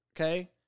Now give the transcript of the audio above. okay